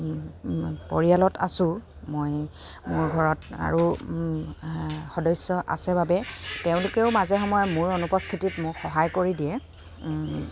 পৰিয়ালত আছোঁ মই মোৰ ঘৰত আৰু সদস্য আছে বাবে তেওঁলোকেও মাজে সময়ে মোৰ অনুপস্থিতিত মোক সহায় কৰি দিয়ে